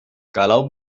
kalau